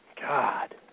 God